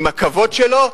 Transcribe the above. עם הכבוד שלו,